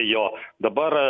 jo dabar